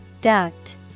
Duct